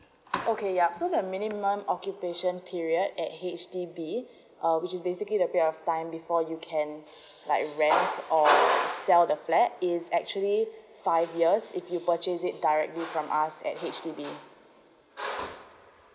okay yup so the minimum occupation period at H_D_B uh which is basically the period of time before you can like rent or sell the flat is actually five years if you purchase it directly from us at H_D_B